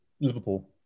Liverpool